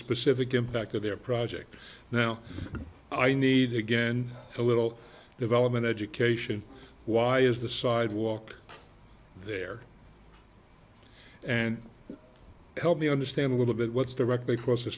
specific impact of their project now i need again a little development education why is the sidewalk there and help me understand a little bit what's directly across the